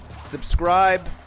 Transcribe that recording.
subscribe